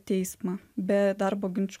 teismą be darbo ginčų